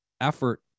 effort